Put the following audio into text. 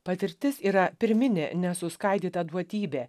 patirtis yra pirminė nesuskaidyta duotybė